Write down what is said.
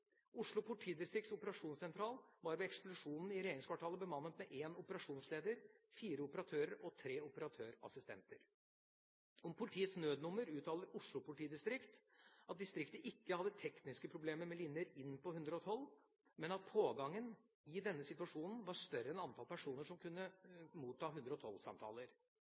Oslo politidistrikts operasjonssentral var ved eksplosjonen i regjeringskvartalet bemannet med én operasjonsleder, fire operatører og tre operatørassistenter. Om politiets nødnummer uttaler Oslo politidistrikt at distriktet ikke hadde tekniske problemer med linjer inn på 112, men at pågangen i denne situasjonen var større enn antall personer som kunne motta